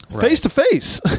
face-to-face